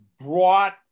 brought